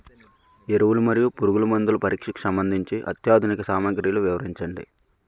ఎరువులు మరియు పురుగుమందుల పరీక్షకు సంబంధించి అత్యాధునిక సామగ్రిలు వివరించండి?